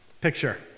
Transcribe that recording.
picture